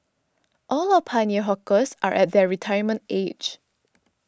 all our pioneer hawkers are at their retirement age